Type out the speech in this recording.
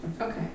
Okay